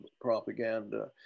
propaganda